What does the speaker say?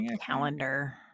calendar